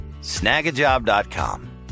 snagajob.com